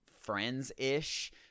friends-ish